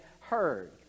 heard